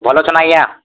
ଭଲ ଅଁଛନ୍ ଆଜ୍ଞା